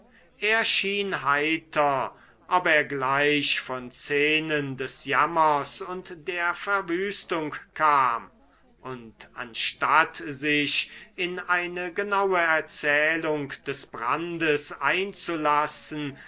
schien heiter ob er gleich von szenen des jammers und der verwüstung kam und anstatt sich in eine genaue erzählung des brandes einzulassen